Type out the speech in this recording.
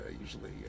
usually